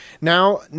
now